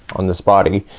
on this body,